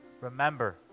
Remember